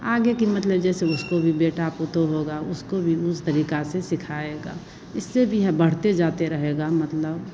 आगे की मतलब जैसे उसको भी बेटा पतोह होगा उसको भी उस तरीका से सिखाएगा इससे भी यह बढ़ते जाते रहेगा मतलब